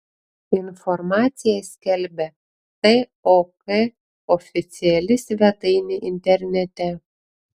informaciją skelbia tok oficiali svetainė internete